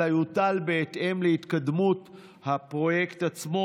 אלא יוטל בהתאם להתקדמות הפרויקט עצמו.